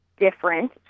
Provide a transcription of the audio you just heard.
different